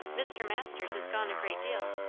mr. masters is gone a great deal.